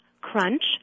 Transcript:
crunch